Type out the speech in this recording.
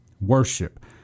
Worship